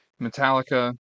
Metallica